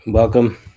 Welcome